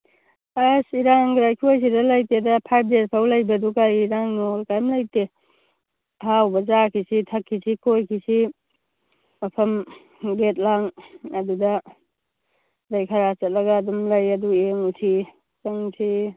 ꯑꯁ ꯏꯔꯥꯡꯒ ꯑꯩꯈꯣꯏ ꯁꯤꯗ ꯂꯩꯇꯦꯗ ꯐꯥꯏꯚ ꯗꯦꯖ ꯐꯥꯎꯕꯗꯨ ꯀꯔꯤ ꯏꯔꯥꯡꯅꯣ ꯀꯔꯤꯝ ꯂꯩꯇꯦ ꯑꯍꯥꯎꯕ ꯆꯥꯈꯤꯁꯤ ꯊꯛꯈꯤꯁꯤ ꯀꯣꯏꯈꯤꯁꯤ ꯃꯐꯝ ꯒꯦꯠ ꯂꯥꯡ ꯑꯗꯨꯗ ꯑꯗꯒꯤ ꯈꯔ ꯆꯠꯂꯒ ꯑꯗꯨꯝ ꯂꯩ ꯑꯗꯨ ꯌꯦꯡꯉꯨꯁꯤ ꯆꯪꯁꯤ